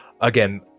again